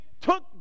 took